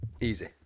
Easy